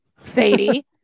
Sadie